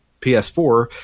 PS4